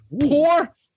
Poor